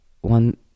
one